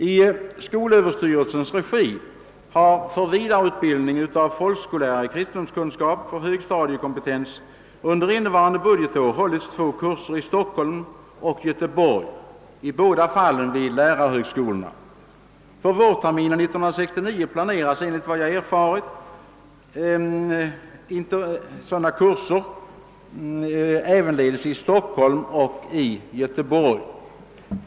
I skolöverstyrelsens regi har för vidareutbildning av folkskollärare i kristendomskunskap för högstadiekompetens under innevarande budgetår hållits två kurser i Stockholm och Göteborg — i båda fallen vid lärarhögskolorna. För vårterminen 1969 planeras, enligt vad jag erfarit, sådana kurser ävenledes i Stockholm och Göteborg.